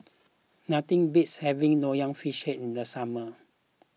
nothing beats having Nonya Fish Head in the summer